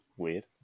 weird